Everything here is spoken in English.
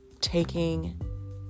taking